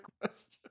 question